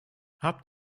hab